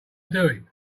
doing